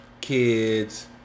kids